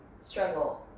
Struggle